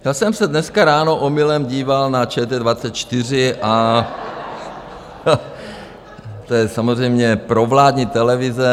Já jsem se dneska ráno omylem díval na ČT24 a to je samozřejmě provládní televize.